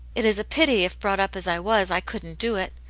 it is a pity, if brought up as i was, i couldn't do it.